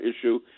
issue